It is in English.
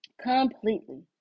completely